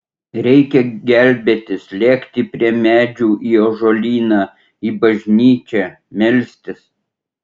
reikia gelbėtis lėkti prie medžių į ąžuolyną į bažnyčią melstis